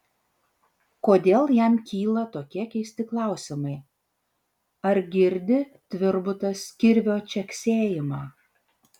kodėl jam kyla tokie keisti klausimai ar girdi tvirbutas kirvio čeksėjimą